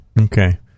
Okay